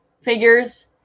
figures